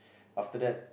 after that